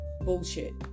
Bullshit